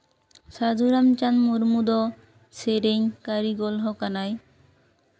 ᱥᱟᱹᱫᱷᱩ ᱨᱟᱢᱪᱟᱸᱫᱽ ᱢᱩᱨᱢᱩ ᱫᱚ ᱥᱮᱨᱮᱧ ᱠᱟᱹᱨᱤᱜᱚᱞ ᱦᱚ ᱠᱟᱱᱟᱭ